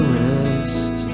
rest